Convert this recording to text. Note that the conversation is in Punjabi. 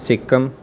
ਸਿੱਕਮ